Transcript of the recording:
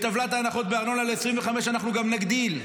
את טבלת ההנחות בארנונה ל-2025 אנחנו גם נגדיל.